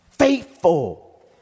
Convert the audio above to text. faithful